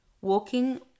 Walking